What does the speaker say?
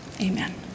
Amen